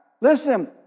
Listen